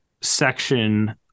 section